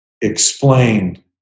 explained